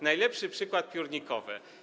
Najlepszy przykład: piórnikowe.